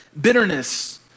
bitterness